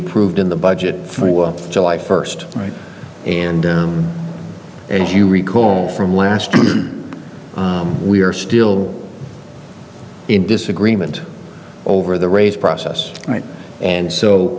approved in the budget for july first right and if you recall from last year we are still in disagreement over the race process right and so